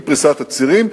עם פריסת הצירים,